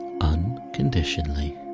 unconditionally